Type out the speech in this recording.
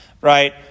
right